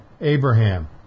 Abraham